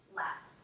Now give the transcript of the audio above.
less